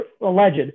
Alleged